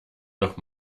noch